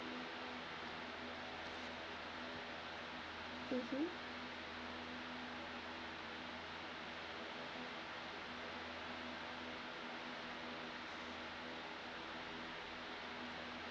mmhmm